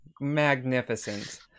Magnificent